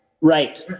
Right